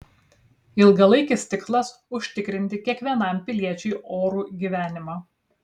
ilgalaikis tikslas užtikrinti kiekvienam piliečiui orų gyvenimą